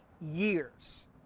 years